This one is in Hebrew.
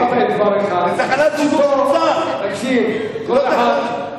אני אומר לכם: אל תנצלו במות בשביל לתקוף את אלה שלא יכולים לענות לכם.